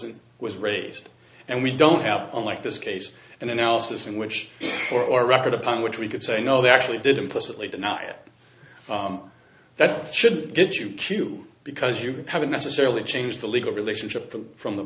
it was raised and we don't have unlike this case an analysis in which for record upon which we could say no they actually did implicitly deny that should get you q because you haven't necessarily changed the legal relationship from the